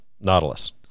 Nautilus